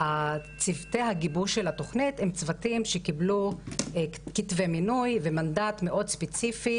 צוותי הגיבוש של התוכנית הם צוותים שקיבלו תיק ומינוי ומנדט מאוד ספציפי